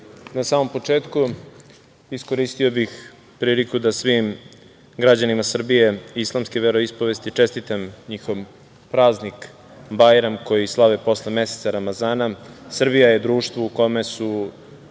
na samom početku iskoristio bih priliku da svim građanima Srbije islamske veroispovesti čestitam njihov praznik Bajram koji slave posle meseca Ramazana. Srbija je društvo u kome su